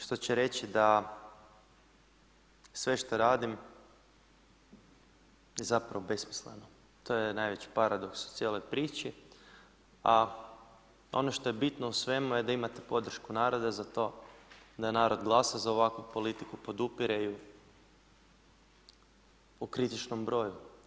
Što će reći da sve što radim je zapravo besmisleno, to je najveći paradoks u cijeloj priči, a ono što je bitno u svemu je da imate podršku naroda za to, da narod glasa za ovakvu politiku, podupire ju u kritičnom broju.